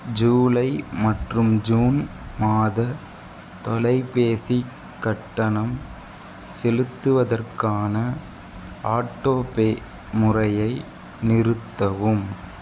ஜூலை மற்றும் ஜூன் மாத தொலைபேசிக் கட்டணம் செலுத்துவதற்கான ஆட்டோபே முறையை நிறுத்தவும்